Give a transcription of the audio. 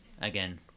again